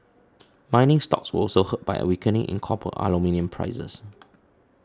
mining stocks were also hurt by a weakening in copper aluminium prices